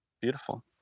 Beautiful